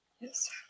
Yes